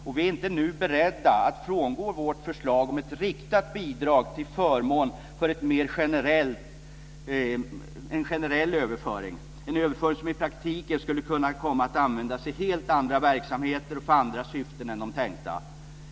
Vi är inte nu beredda att frångå vårt förslag om ett riktat bidrag till förmån för en mer generell överföring; en överföring som i praktiken skulle kunna komma att används i helt andra verksamheter och för andra syften än de tänkta.